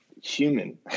human